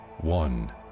One